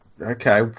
okay